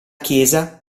chiesa